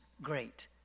great